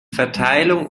verteilung